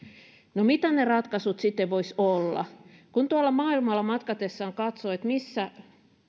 no mitä ne ratkaisut sitten voisivat olla kun tuolla maailmalla matkatessaan katsoo missä